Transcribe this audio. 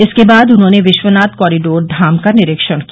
इसके बाद उन्होंने विश्वनाथ कॉरीडोर धाम का निरीक्षण किया